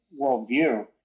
worldview